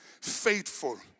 faithful